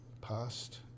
past